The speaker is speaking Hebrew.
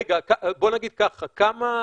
בוא נגיד ככה: